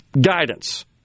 Guidance